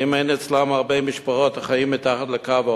האם אין אצלם הרבה משפחות החיות מתחת לקו העוני?